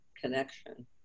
connection